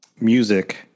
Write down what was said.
music